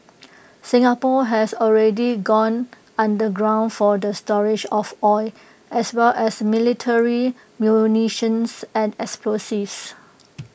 Singapore has already gone underground for the storage of oil as well as military munitions and explosives